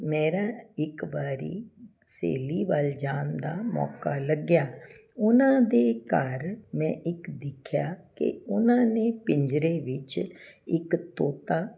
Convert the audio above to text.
ਮੇਰਾ ਇੱਕ ਵਾਰੀ ਸਹੇਲੀ ਵੱਲ ਜਾਣ ਦਾ ਮੌਕਾ ਲੱਗਿਆ ਉਹਨਾਂ ਦੇ ਘਰ ਮੈਂ ਇੱਕ ਦੇਖਿਆ ਕਿ ਉਹਨਾਂ ਨੇ ਪਿੰਜਰੇ ਵਿੱਚ ਇੱਕ ਤੋਤਾ